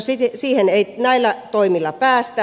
no siihen ei näillä toimilla päästä